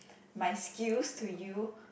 my skills to you